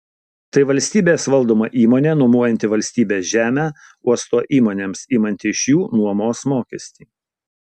tai valstybės valdoma įmonė nuomojanti valstybės žemę uosto įmonėms imanti iš jų nuomos mokestį